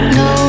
no